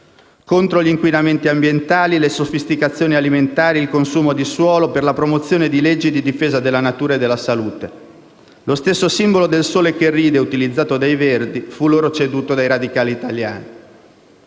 contro gli inquinamenti ambientali, le sofisticazioni alimentari, il consumo di suolo, per la promozione di leggi in difesa della natura e della salute. Lo stesso simbolo del «Sole che ride», utilizzato dai Verdi, fu loro ceduto dai radicali italiani.